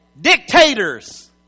Dictators